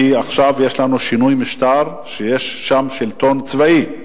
כי עכשיו יש לנו שינוי משטר, ויש שם שלטון צבאי,